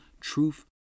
Truth